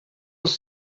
els